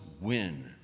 win